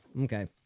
Okay